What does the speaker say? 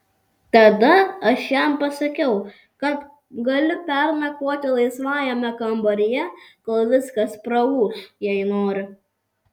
tada aš jam pasakiau kad gali pernakvoti laisvajame kambaryje kol viskas praūš jei nori